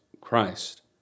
Christ